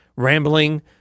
rambling